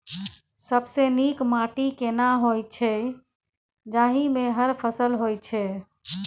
सबसे नीक माटी केना होय छै, जाहि मे हर फसल होय छै?